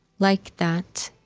like that